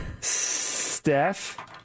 Steph